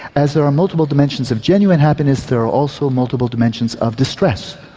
as there are multiple dimensions of genuine happiness, there are also multiple dimensions of distress,